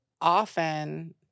often